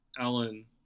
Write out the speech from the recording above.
ellen